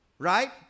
Right